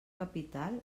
capital